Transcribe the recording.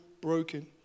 broken